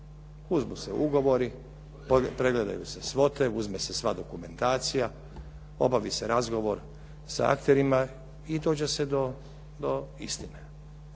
Uzmu se ugovori, pregledaju se svote, uzme se sva dokumentacija. Obavi se razgovor sa akterima i dođe se do istine.